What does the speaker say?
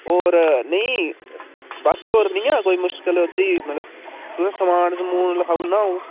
होर नेईं बाकी होर निं ऐ कोई मुश्कल ओह्दी मतलब तुसें ई समान समून लखाई ओड़ना अ'ऊं